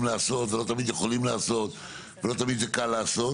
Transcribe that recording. לעשות ולא תמיד יכולים לעשות ולא תמיד זה קל לעשות,